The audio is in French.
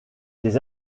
des